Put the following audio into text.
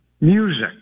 music